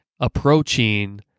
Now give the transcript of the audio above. approaching